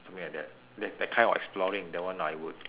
something like that that that kind of exploring that one I would